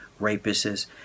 rapists